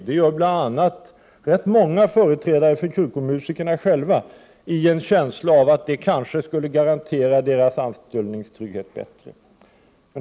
Det gör bl.a. rätt många företrädare för kyrkomusikerna själva, i en känsla av att det kanske skulle garantera deras anställningstrygghet bättre.